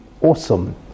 awesome